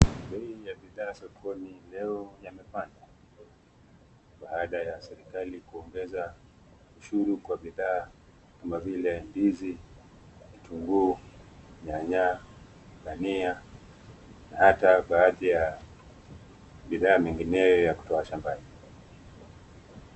Bei ya bidhaa sokoni Leo yamepanda. Baada ya serikali kuongeza ushuru kwa bidhaa kama vile ndizi, vitunguu, nyanya, dania na hata baadhi ya bidhaa mingineyo ya kutoa shambani.